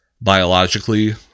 biologically